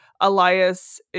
Elias